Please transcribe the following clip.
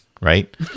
right